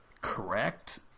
correct